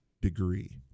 degree